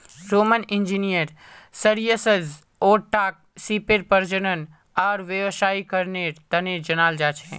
Roman engineer Sergius ओराटाक सीपेर प्रजनन आर व्यावसायीकरनेर तने जनाल जा छे